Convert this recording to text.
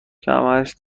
کمرش